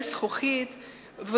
לזכוכית,